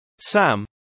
Sam